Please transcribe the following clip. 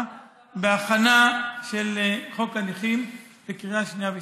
בהכנה של חוק הנכים לקריאה שנייה ושלישית.